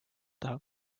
teha